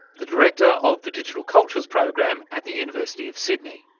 the director of the digital cultures program at the university of sydney.